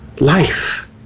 life